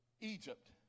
Egypt